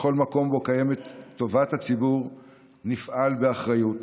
בכל מקום שבו קיימת טובת הציבור נפעל באחריות,